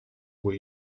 were